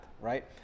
right